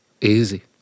Easy